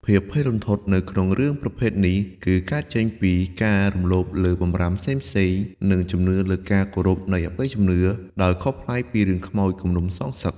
ភាពភ័យរន្ធត់នៅក្នុងរឿងប្រភេទនេះគឺកើតចេញពី ការរំលោភលើបម្រាមផ្សេងៗ និងជំនឿលើការគោរពនៃអបិយជំនឿ ដោយខុសប្លែកពីរឿងខ្មោចគំនុំសងសឹក ។